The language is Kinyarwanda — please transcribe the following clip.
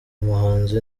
muhanzi